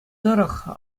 тӑрӑх